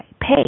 Pay